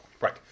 Right